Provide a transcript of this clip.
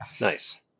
nice